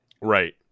right